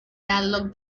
dialog